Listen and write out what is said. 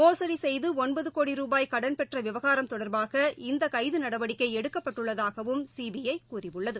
மோசுடி செய்து ஒன்பது கோடி ரூபாய் கடன் பெற்ற விவகாரம் தொடர்பாக இந்த கைது நடவடிக்கை எடுக்கப்பட்டுள்ளதாகவும் சிபிஐ கூறியுள்ளது